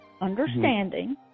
understanding